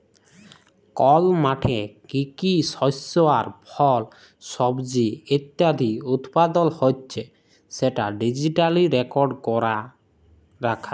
call মাঠে কি কি শস্য আর ফল, সবজি ইত্যাদি উৎপাদল হচ্যে সেটা ডিজিটালি রেকর্ড ক্যরা রাখা